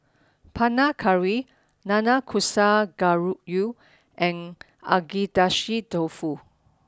Panang Curry Nanakusa Gayu and Agedashi Dofu